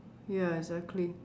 ya exactly